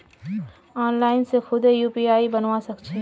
online से खुदे UPI बनवा सक छी